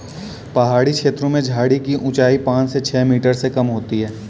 पहाड़ी छेत्रों में झाड़ी की ऊंचाई पांच से छ मीटर से कम होती है